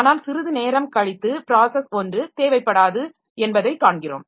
ஆனால் சிறிது நேரம் கழித்து ப்ராஸஸ் 1 தேவைப்படாது என்பதை காண்கிறோம்